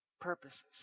Purposes